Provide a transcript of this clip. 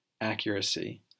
Accuracy